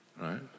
Right